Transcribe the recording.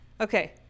okay